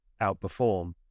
outperform